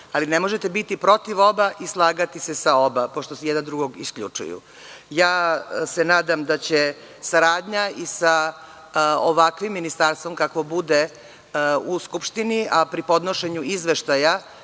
ali ne možete biti protiv oba i slagati se sa oba, pošto jedan drugog isključuju. Nadam se da će saradnja i sa ovakvim ministarstvom kakvo bude u Skupštini, a pri podnošenju izveštaja